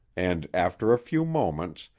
and, after a few moments,